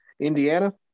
Indiana